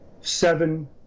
seven